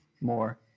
more